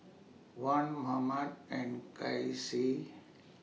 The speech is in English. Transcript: Wan Muhammad and Kasih